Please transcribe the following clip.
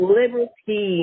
liberty